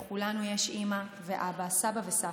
לכולנו יש אימא ואבא, סבא וסבתא.